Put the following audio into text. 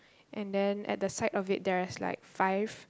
and then at the side of it there is like five